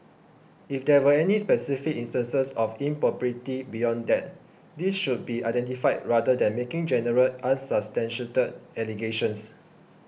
if there were any specific instances of impropriety beyond that these should be identified rather than making general unsubstantiated allegations